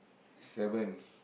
seven